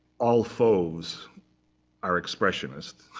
all fauves are expressionists,